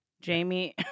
Jamie